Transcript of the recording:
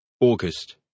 August